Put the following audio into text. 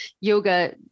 yoga